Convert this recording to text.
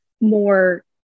more